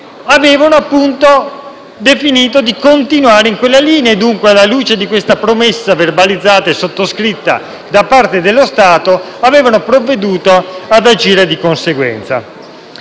avevano deciso di portare avanti e dunque, alla luce di questa promessa verbalizzata e sottoscritta da parte dello Stato, avevano provveduto ad agire di conseguenza.